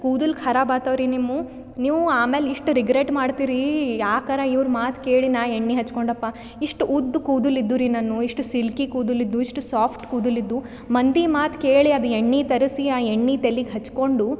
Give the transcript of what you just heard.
ಕೂದಲು ಖರಾಬ್ ಆತಾವ್ರಿ ನಿಮ್ಮ ನೀವು ಆಮೇಲೆ ಇಷ್ಟು ರಿಗ್ರೆಟ್ ಮಾಡ್ತಿರಿ ಯಾಕರ ಇವ್ರ ಮಾತು ಕೇಳಿ ನಾ ಎಣ್ಣೆ ಹಚ್ಕೊಂಡಪ್ಪ ಇಷ್ಟು ಉದ್ದ ಕೂದಲು ಇದ್ದೂರಿ ನನ್ನ ಇಷ್ಟು ಸಿಲ್ಕಿ ಕೂದಲು ಇದ್ದು ಇಷ್ಟು ಸಾಫ್ಟ್ ಕೂದಲು ಇದ್ದು ಮಂದಿ ಮಾತು ಕೇಳಿ ಅದು ಎಣ್ಣೆ ತರಿಸಿ ಆ ಎಣ್ಣೆ ತೆಲಿಗೆ ಹಚ್ಕೊಂಡು